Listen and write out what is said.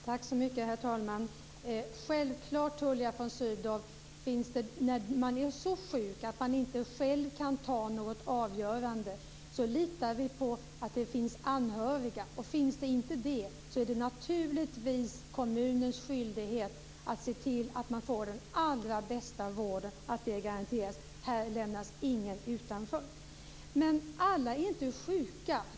Herr talman! Det är självklart, Tullia von Sydow, att när man är så sjuk att man inte själv kan ta något avgörande litar man på att det finns anhöriga, och finns det inte det är det naturligtvis kommunens skyldighet att garantera att man får den allra bästa vården. Här lämnas ingen utanför. Men alla är inte sjuka.